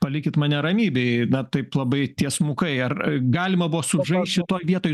palikit mane ramybėj na taip labai tiesmukai ar galima buvo sužaist šitoj vietoj